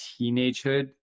teenagehood